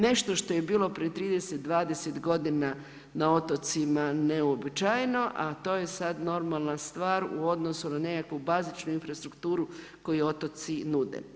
Nešto što je bilo prije 30, 20 godina na otocima neuobičajeno, a to je sad normalna stvar u odnosu na nekakvu bazičnu infrastrukturu koju otoci nude.